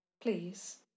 Please